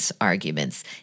arguments